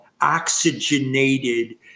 oxygenated